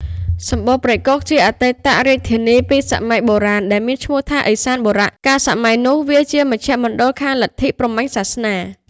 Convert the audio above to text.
សម្បូណ៌ព្រៃគុហ៍ជាអតីតរាជធានីពីសម័យបុរាណ ដែលមានឈ្មោះថា ឥសានបុរៈ កាលសម័យនោះ វាជាមជ្ឈមណ្ឌលខាងលទ្ធិ ព្រហ្មញ្ញសាសនា។